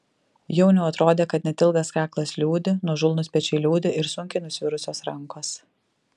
jauniui atrodė kad net ilgas kaklas liūdi nuožulnūs pečiai liūdi ir sunkiai nusvirusios rankos